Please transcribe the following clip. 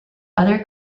other